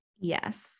Yes